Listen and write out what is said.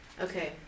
Okay